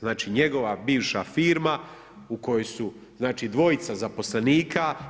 Znači njegova bivša firma u kojoj su, znači dvojica zaposlenika.